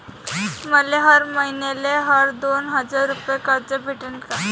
मले हर मईन्याले हर दोन हजार रुपये कर्ज भेटन का?